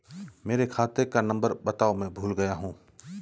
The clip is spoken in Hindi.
मेरे खाते का नंबर बताओ मैं भूल गया हूं